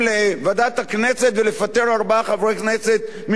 הכנסת ולפטר ארבעה חברי כנסת ממפלגתי.